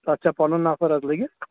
تَتھ چھا پنُن نفر حظ لٔگِتھ